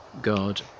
God